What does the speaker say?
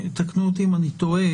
תקנו אותי אם אני טועה,